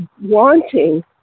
wanting